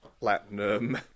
Platinum